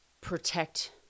protect